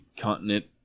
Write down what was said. continent